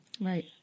Right